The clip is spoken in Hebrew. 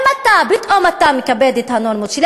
אם פתאום אתה מכבד את הנורמות שלי,